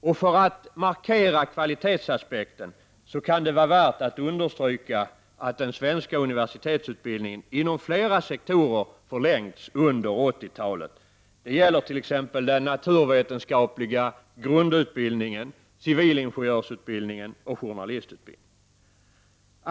Och för att markera kvalitetsaspekten kan det vara värt att understryka att den svenska universitetsutbildningen inom flera sektorer förlängts under 80-talet. Detta gäller t.ex. den naturvetenskapliga grundutbildningen, civilingenjörsutbildningen och journalistutbildningen.